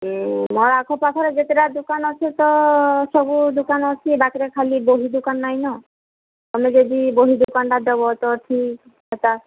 ମୋର ଆଖ ପାଖରେ ଯେତେଟା ଦୁକାନ ଅଛି ତ ସବୁ ଦୁକାନ ଅଛି ପାଖରେ ଖାଲି ବହି ଦୁକାନ ନାହିଁନ ତମେ ଯଦି ବହି ଦୁକାନଟା ଦେବ ତା ଠିକ୍